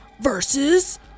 Versus